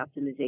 optimization